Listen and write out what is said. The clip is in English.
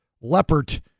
Leopard